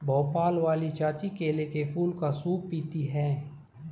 भोपाल वाली चाची केले के फूल का सूप पीती हैं